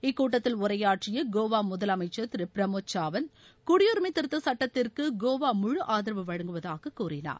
இக்கூட்டத்தில் உரையாற்றிய கோவா முதலமைச்சர் திரு பிரமோத் சாவந்த் குடியுரிமை திருத்த சட்டத்திற்கு கோவா முழு ஆதரவு வழங்குவதாக கூறினார்